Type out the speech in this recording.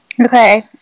okay